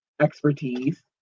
expertise